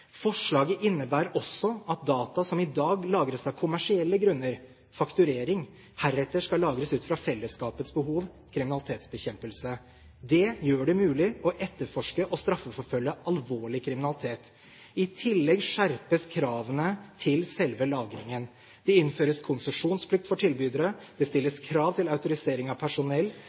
Forslaget innebærer også at data som i dag lagres av kommersielle grunner, fakturering, heretter skal lagres ut fra fellesskapets behov, kriminalitetsbekjempelse. Det gjør det mulig å etterforske og straffeforfølge alvorlig kriminalitet. I tillegg skjerpes kravene til selve lagringen. Det innføres konsesjonsplikt for tilbydere, det stilles krav til autorisering av personell,